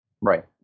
right